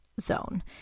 zone